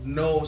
no